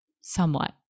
somewhat